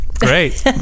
great